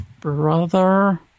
brother